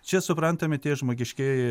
čia suprantami tie žmogiškieji